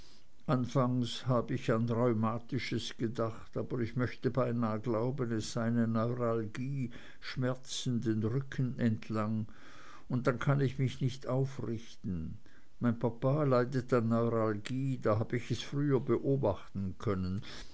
anfangs habe ich an rheumatisches gedacht aber ich möcht beinah glauben es sei eine neuralgie schmerzen den rücken entlang und dann kann ich mich nicht aufrichten mein papa leidet an neuralgie da hab ich es früher beobachten können